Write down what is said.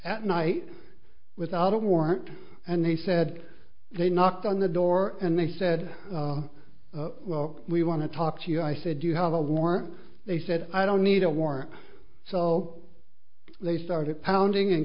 at night without a warrant and they said they knocked on the door and they said well we want to talk to you i said you have a warrant they said i don't need a warrant so they started pounding and